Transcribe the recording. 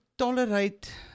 tolerate